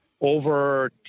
over